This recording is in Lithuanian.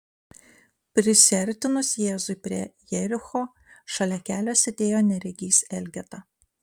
prisiartinus jėzui prie jericho šalia kelio sėdėjo neregys elgeta